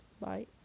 bye